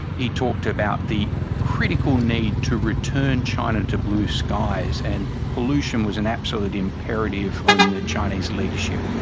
he talked about the critical need to return china to blue skies, and pollution was an absolute imperative on the chinese leadership.